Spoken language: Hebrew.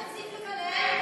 תפסיק לקלל,